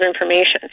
information